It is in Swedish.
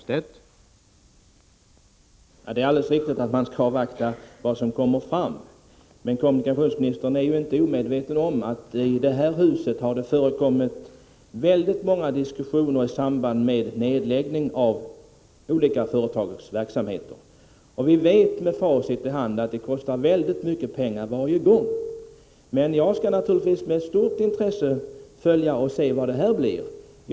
Herr talman! Det är alldeles riktigt att man skall avvakta vad som kommer fram vid överläggningarna, men kommunikationsministern är inte omedveten om att det i det här huset har förekommit många diskussioner i samband med nedläggning av olika företags verksamheter. Med facit i hand vet vi att det kostat väldigt mycket pengar varje gång. Jag skall naturligtvis med stort intresse följa utvecklingen och se vad resultatet blir den här gången.